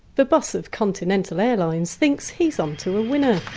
the boss of continental airlines thinks he's onto a winner.